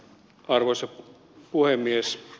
arvoisa puhemies